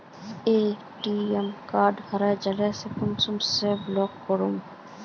ATM card हरे जाले पर कुंसम के ब्लॉक करूम?